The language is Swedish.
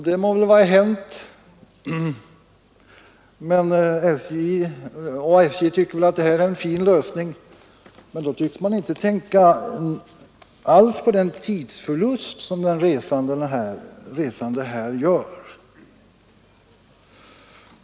Det må vara hänt, och SJ tycker väl att det här är en fin lösning, men då tänker man inte alls på den tidsförlust som den resande gör.